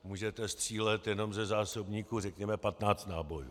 Můžete střílet jenom ze zásobníku řekněme 15 nábojů.